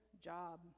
job